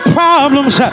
problems